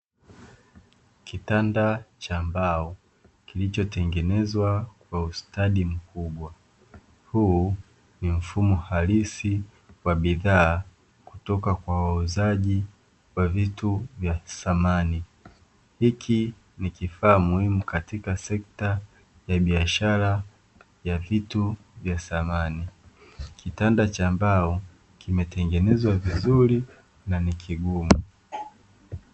Kitanda cha mbao kilichotengenezwa kwa ustadi mkubwa huu ni mfumo halisi wa bidhaa kutoka kwa wauzaji wa vitu vya samani, hiki ni kifaa muhimu katika sekta ya biashara ya vitu vya samani kitanda cha mbao kimetengenezwa vizuri na ni kigumu.